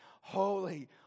holy